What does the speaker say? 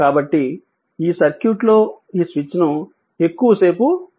కాబట్టి ఈ సర్క్యూట్లో ఈ స్విచ్ను ఎక్కువసేపు మూసిఉంచారు